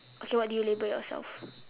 okay what do you label yourself